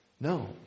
No